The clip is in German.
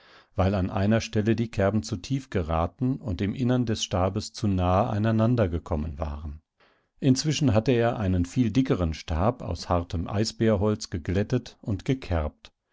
weil an einer stelle die kerben zu tief geraten und im innern des stabes zu nahe aneinander gekommen waren inzwischen hatte er einen viel dickeren stab aus hartem eisbeerholz geglättet und gekerbt